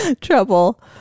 Trouble